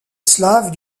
slave